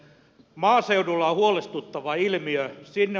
maaseudulla on huolestuttava ilmiö